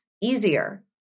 easier